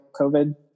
COVID